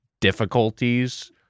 difficulties